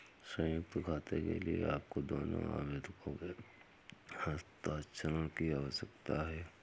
संयुक्त खाते के लिए आपको दोनों आवेदकों के हस्ताक्षर की आवश्यकता है